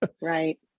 right